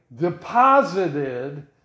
deposited